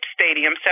stadium